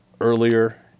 earlier